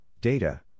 Data